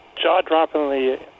jaw-droppingly